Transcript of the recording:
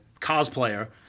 cosplayer